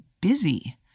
busy